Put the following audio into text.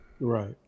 right